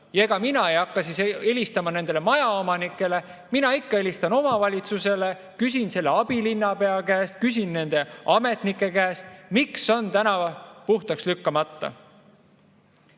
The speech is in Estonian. Ja ega mina ei hakka helistama nendele majaomanikele. Mina ikka helistan omavalitsusele ja küsin abilinnapea käest, küsin nende ametnike käest, miks on tänav puhtaks lükkamata. Meile